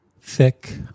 Thick